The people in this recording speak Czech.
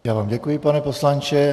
Já vám děkuji, pane poslanče.